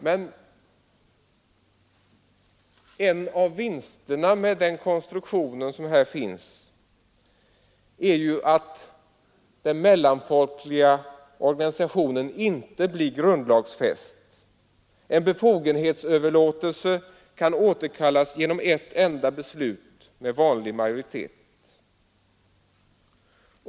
Men en av vinsterna med den konstruktion som föreslås är ju att den mellanfolkliga organisationen inte blir grundlagsfäst. En befogenhetsöverlåtelse kan återkallas genom ett enda beslut med vanlig majoritet.